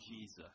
Jesus